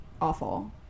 awful